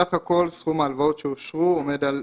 סכום ההלוואות שאושר עומד על